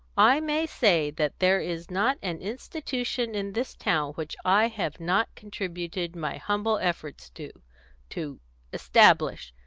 i may say that there is not an institution in this town which i have not contributed my humble efforts to to establish,